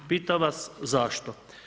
Pitam vas zašto?